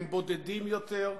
הם בודדים יותר,